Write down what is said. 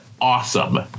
awesome